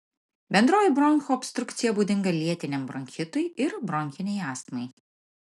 bendroji bronchų obstrukcija būdinga lėtiniam bronchitui ir bronchinei astmai